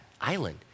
island